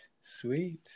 sweet